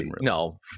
no